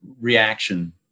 reaction